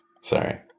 Sorry